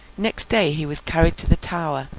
next day he was carried to the tower,